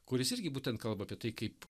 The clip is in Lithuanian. kuris irgi būtent kalba apie tai kaip